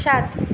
সাত